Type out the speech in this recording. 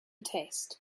taste